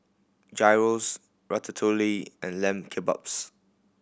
Gyros Ratatouille and Lamb Kebabs